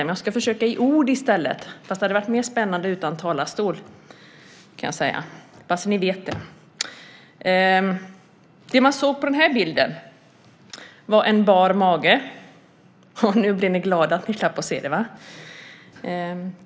Jag ska i stället försöka göra det i ord, även om det hade varit mer spännande utan talarstol - bara så ni vet det. Det man ser på bilden är en bar mage - nu blev ni glada att ni slapp se den, eller hur?